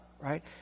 right